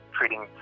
treating